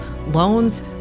loans